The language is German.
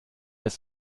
ist